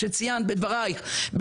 שציינת בדבריך,